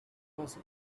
was